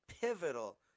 pivotal